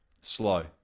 Slow